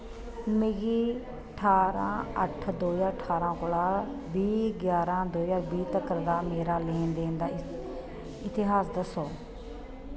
मिगी ठारां अट्ठ दो ज्हार ठारां कोला बीह् ग्यारह् दो ज्हार बीह् तकर दा मेरा लैन देन दा इतिहास दस्सो